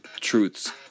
truths